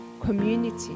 community